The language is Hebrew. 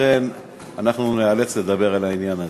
לכן אנחנו ניאלץ לדבר על העניין הזה.